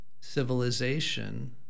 civilization